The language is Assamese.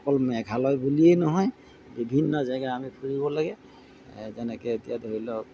অকল মেঘালয় বুলিয়েই নহয় বিভিন্ন জেগা আমি ফুৰিব লাগে যেনেকৈ এতিয়া ধৰি লওক